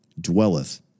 dwelleth